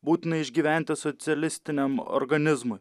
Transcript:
būtina išgyventi socialistiniam organizmui